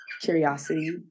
curiosity